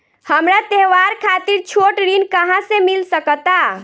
हमरा त्योहार खातिर छोट ऋण कहाँ से मिल सकता?